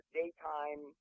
daytime